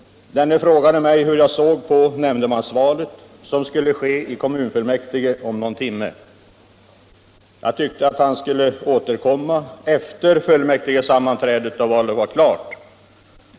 Denne frågade mig hur jag såg på nämndemannavalet som skulle ske i kommunfullmäktige om någon timme. Jag tyckte att han skulle återkomma efter fullmäktigesammanträdet då valet var klart.